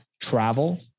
travel